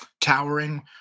towering